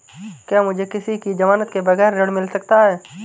क्या मुझे किसी की ज़मानत के बगैर ऋण मिल सकता है?